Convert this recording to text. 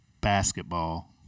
basketball